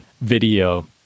video